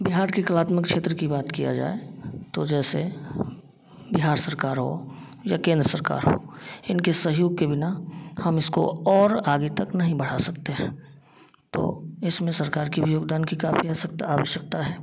बिहार की कलात्मक क्षेत्र की बात किया जाए तो जैसे बिहार सरकार हो या केंद्र सरकार हो इनके सहयोग के बिना हम इसको और आगे तक नहीं बढ़ा सकते हैं तो इसमें सरकार की भी योगदान की काफी आवश्यकता आवश्यकता है